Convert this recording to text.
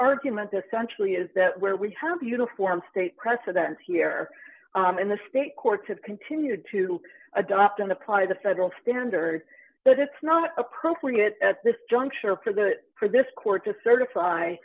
argument essentially is that where we have uniform state precedents here in the state courts have continued to adopt and apply the federal standard that it's not appropriate at this juncture for the for this court to certify